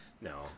no